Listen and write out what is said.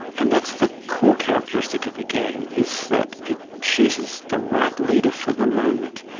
and that's the core characteristic of a gang, is that it chooses the right leader for the moment.